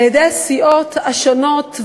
על-ידי הסיעות השונות,